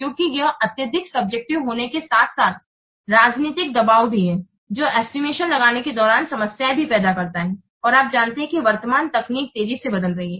क्योंकि यह अत्यधिक सब्जेक्टिव होने के साथ साथ राजनीतिक दबाव भी है जो एस्टिमेशन लगाने के दौरान समस्याएं भी पैदा करता है और आप जानते हैं कि वर्तमान तकनीक तेजी से बदल रही है